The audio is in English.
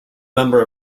member